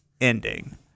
ending